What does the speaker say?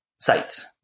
sites